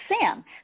Sam